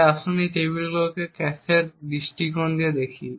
তাই আসুন এই টেবিলগুলিকে ক্যাশের দৃষ্টিকোণ থেকে দেখি